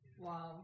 wow